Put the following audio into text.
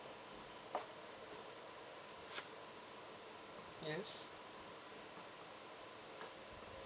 yes